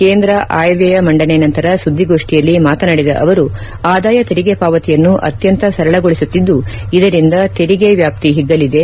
ಕೇಂದ್ರ ಆಯವ್ಯಯ ಮಂಡನೆ ನಂತರ ಸುದ್ದಿಗೋಷ್ಟಿಯಲ್ಲಿ ಮಾತನಾದಿದ ಅವರು ಆದಾಯ ತೆರಿಗೆ ಪಾವತಿಯನ್ನು ಅತ್ಯಂತ ಸರಳಗೊಳಿಸುತ್ತಿದ್ದು ಇದರಿಂದ ತೆರಿಗೆ ವ್ಯಾಪ್ತಿ ಹಿಗ್ಗಲಿದೆ